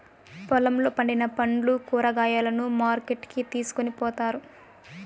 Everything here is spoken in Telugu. పొలంలో పండిన పండ్లు, కూరగాయలను మార్కెట్ కి తీసుకొని పోతారు